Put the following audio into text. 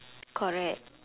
correct